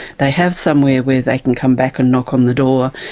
they have somewhere where they can come back and knock on the door,